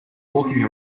walking